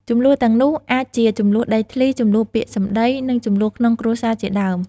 ជម្លោះទាំងនោះអាចជា ជម្លោះដីធ្លី ជម្លោះពាក្យសម្ដី និងជម្លោះក្នុងគ្រួសារជាដើម។